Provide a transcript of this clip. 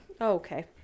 Okay